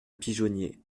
pigeonnier